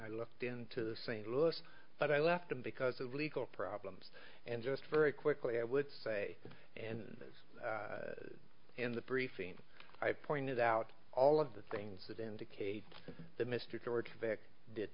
i looked into the st louis but i left him because of legal problems and just very quickly i would say and in the briefing i pointed out all of the things that indicate that mr george vick did